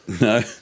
No